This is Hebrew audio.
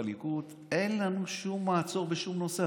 בליכוד, אין לנו שום מעצור בשום נושא.